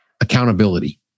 Accountability